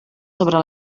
sobre